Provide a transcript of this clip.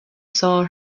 saw